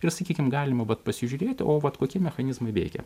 ir sakykim galima pasižiūrėti o vat kokie mechanizmai veikia